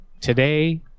Today